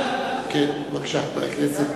בבקשה, חבר הכנסת.